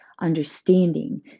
Understanding